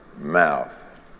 mouth